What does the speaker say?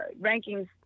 rankings